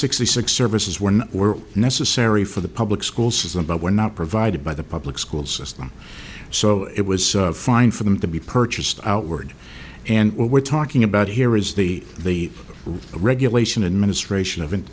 sixty six services one were necessary for the public school system but were not provided by the public school system so it was fine for them to be purchased outward and what we're talking about here is the the regulation and ministration of an